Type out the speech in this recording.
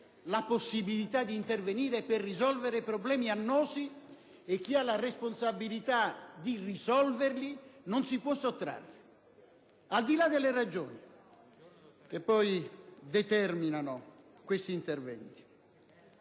la possibilità di intervenire per risolvere problemi annosi e che chi ha la responsabilità di risolverli non si possa sottrarre, al di là delle ragioni che determinano questi interventi.